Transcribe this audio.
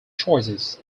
choices